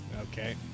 Okay